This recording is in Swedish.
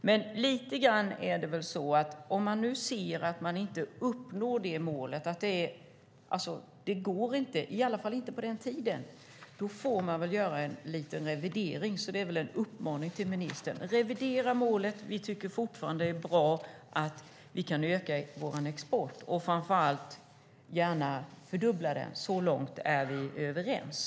Men om man nu ser att man inte uppnår det målet, att det inte går på den tiden, får man väl göra en liten revidering. Det är en uppmaning till ministern: Revidera målet! Vi tycker fortfarande att det är bra att vi kan öka vår export och framför allt gärna fördubbla den. Så långt är vi överens.